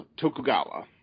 Tokugawa